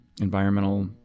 environmental